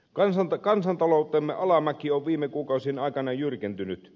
kansantaloutemme alamäki on viime kuukausien aikana jyrkentynyt